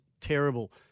terrible